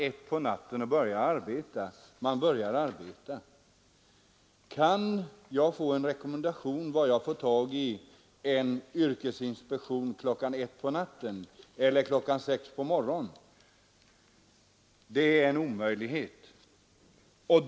1 på natten och man börjar arbeta. Kan jag få en rekommendation om var jag får tag i en representant i yrkesinspek tionen kl. 1 på natten eller kl. 6 på morgonen? Det är en omöjlighet!